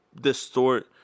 distort